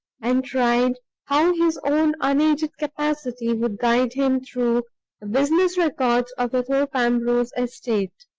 and tried how his own unaided capacity would guide him through the business records of the thorpe ambrose estate.